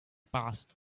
passed